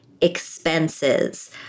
expenses